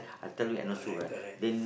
correct correct